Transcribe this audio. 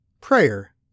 Prayer